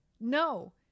No